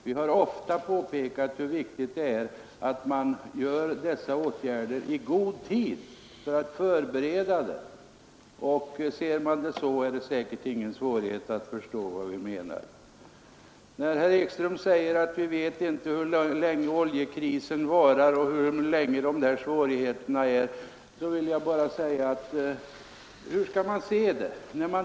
Vi har ofta påpekat hur viktigt det är att man vidtar dessa åtgärder i god tid för att förbereda det hela, och ser man det så är det säkerligen ingen svårighet att förstå vad vi menar. Herr Ekström säger att vi vet inte hur länge oljekrisen varar och hur länge svårigheterna kommer att bestå. Ja, hur skall man se det?